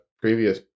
previous